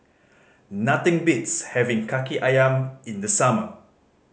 nothing beats having Kaki Ayam in the summer